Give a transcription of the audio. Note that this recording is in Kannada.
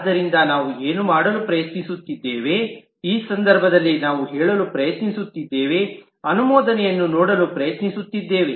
ಆದ್ದರಿಂದ ನಾವು ಏನು ಮಾಡಲು ಪ್ರಯತ್ನಿಸುತ್ತಿದ್ದೇವೆ ಈ ಸಂದರ್ಭದಲ್ಲಿ ನಾವು ಹೇಳಲು ಪ್ರಯತ್ನಿಸುತ್ತಿದ್ದೇವೆ ಅನುಮೋದನೆಯನ್ನು ನೋಡಲು ಪ್ರಯತ್ನಿಸುತ್ತಿದ್ದೇವೆ